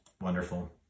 wonderful